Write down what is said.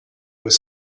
was